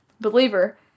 Believer